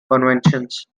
conventions